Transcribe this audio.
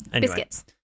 Biscuits